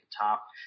top